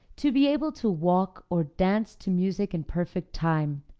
to be able to walk or dance to music in perfect time,